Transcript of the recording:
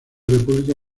república